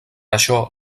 això